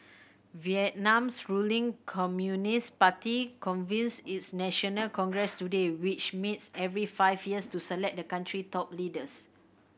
Vietnam's ruling Communist Party convenes its national congress today which meets every five years to select the country's top leaders